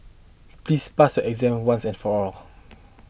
please pass your exam once and for all